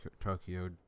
Tokyo